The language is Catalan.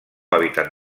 hàbitat